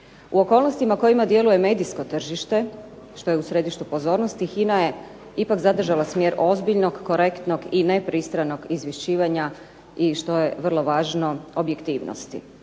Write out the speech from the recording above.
U okolnostima u kojima djeluje medijsko tržište, što je u središtu pozornosti, HINA je ipak zadržala smjer ozbiljnog, korektnog i nepristranog izvješćivanja i što je vrlo važno objektivnosti,